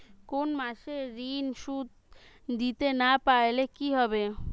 কোন মাস এ ঋণের সুধ দিতে না পারলে কি হবে?